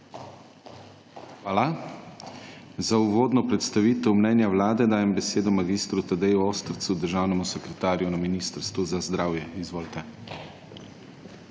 Hvala. Za uvodno predstavitev mnenja Vlade dajem besedo mag. Tadeju Ostercu, državnemu sekretarju na Ministrstvu za zdravje. Izvolite.